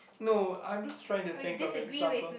no I'm just trying to think of examples